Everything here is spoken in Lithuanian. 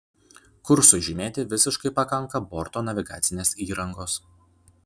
kursui žymėti visiškai pakanka borto navigacinės įrangos